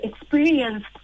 experienced